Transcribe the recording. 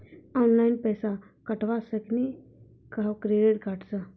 Online पैसा कटवा सकेली का क्रेडिट कार्ड सा?